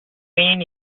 mean